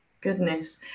Goodness